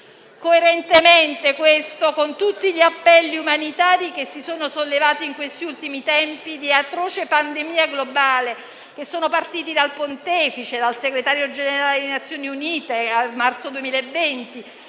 Coerentemente, questo, con tutti gli appelli umanitari che si sono sollevati in questi ultimi tempi di atroce pandemia globale, che sono partiti dal Pontefice, dal Segretario generale delle Nazioni Unite a marzo 2020,